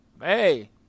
hey